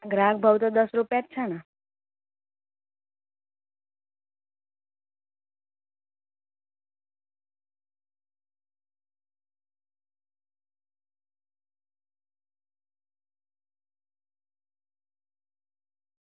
ગ્રાહક ભાવ તો દસ રૂપિયા જ છે ને